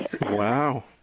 Wow